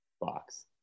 box